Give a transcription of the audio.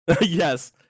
yes